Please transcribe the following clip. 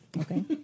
Okay